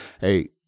Hey